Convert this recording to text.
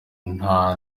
nta